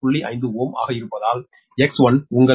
5 Ω ஆக இருப்பதால் X1 உங்கள் 16